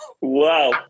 Wow